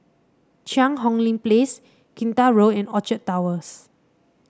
Cheang Hong Lim Place Kinta Road and Orchard Towers